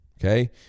Okay